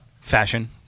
fashion